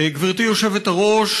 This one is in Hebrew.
גברתי היושבת-ראש,